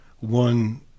one